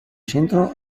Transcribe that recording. centro